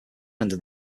end